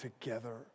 together